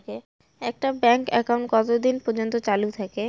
একটা bank account কতদিন পর্যন্ত চালু থাকে?